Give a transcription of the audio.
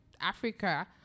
Africa